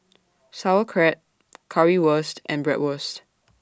Sauerkraut Currywurst and Bratwurst